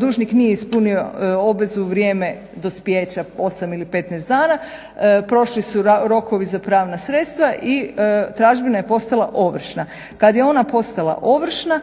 Dužnik nije ispunio obvezu vrijeme dospijeća 8 ili 15 dana, prošli su rokovi za pravna sredstva i tražbina je postala ovršna. Kada je ona postala ovršna